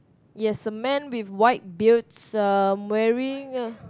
yes the man with white beards um wearing